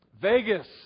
Vegas